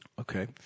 Okay